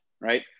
right